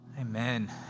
Amen